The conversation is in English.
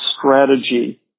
strategy